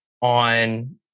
on